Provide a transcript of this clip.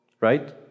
right